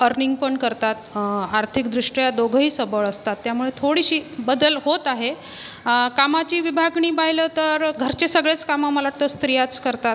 अर्निंगपण करतात आर्थिकदृष्ट्या दोघंही सबळ असतात त्यामुळे थोडीशी बदल होत आहे कामाची विभागणी पाहिलं तर घरची सगळीच कामं मला वाटतं स्त्रियाच करतात